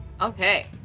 Okay